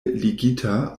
ligita